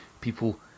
people